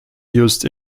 used